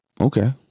Okay